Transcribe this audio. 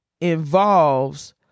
involves